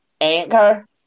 Anchor